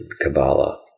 Kabbalah